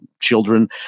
children